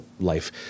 life